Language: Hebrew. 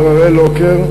מר הראל לוקר,